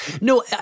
No